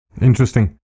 interesting